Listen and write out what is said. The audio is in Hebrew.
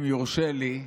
אם יורשה לי,